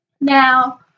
now